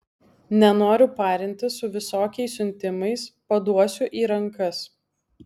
nenoriu parintis su visokiais siuntimais paduosiu į rankas